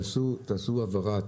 תעשו העברה,